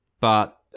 but-